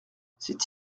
c’est